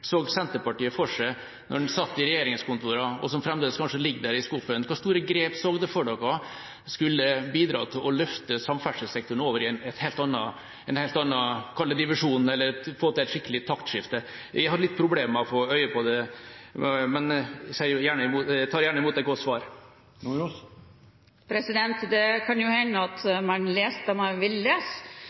så Senterpartiet for seg da de satt i regjeringskontorene – og som kanskje fremdeles ligger der i skuffen? Hvilke store grep så de for seg skulle bidra til å løfte samferdselssektoren over i en helt annen – kall det – divisjon, eller få til et skikkelig taktskifte? Jeg har litt problemer med å få øye på det, men jeg tar gjerne imot et godt svar. Det kan jo hende at man leser det man vil lese.